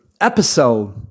Episode